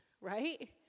right